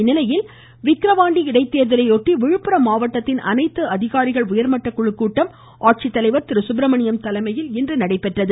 இந்நிலையில் விக்ரவாண்டி இடைத்தேர்தலையொட்டி விழுப்புரம் மாவட்டத்தின் அனைத்து அதிகாரிகள் உயர்மட்ட குழு கூட்டம் ஆட்சித்தலைவர் திரு சுப்ரமணியம் தலைமையில் இன்று நடைபெற்றது